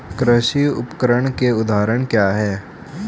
कृषि उपकरण के उदाहरण क्या हैं?